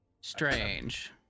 Strange